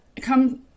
come